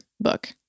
book